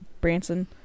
Branson